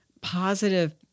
positive